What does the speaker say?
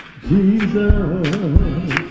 jesus